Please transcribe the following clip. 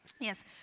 Yes